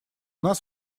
нас